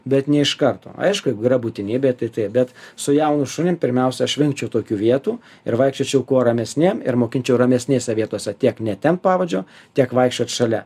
bet ne iš karto aišku jeigu yra būtinybė tai taip bet su jaunu šunim pirmiausia aš vengčiau tokių vietų ir vaikščiočiau kuo ramesnėm ir mokinčiau ramesnėse vietose tiek netempt pavadžio tiek vaikščiot šalia